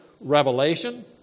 revelation